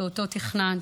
שאותו תכננת,